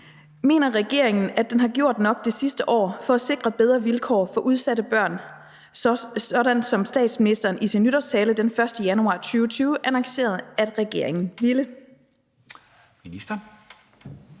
Mener regeringen, at den har gjort nok det sidste år for at sikre bedre vilkår for udsatte børn, sådan som statsministeren i sin nytårstale den 1. januar 2020 annoncerede at regeringen ville?